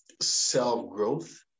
self-growth